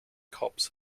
cops